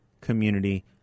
community